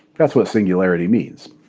that's what singularity means.